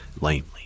lamely